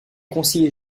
conseiller